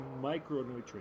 micronutrients